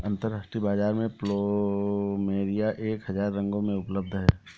अंतरराष्ट्रीय बाजार में प्लुमेरिया एक हजार रंगों में उपलब्ध हैं